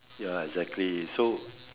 ya exactly so